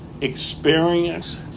experience